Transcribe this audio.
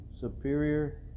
superior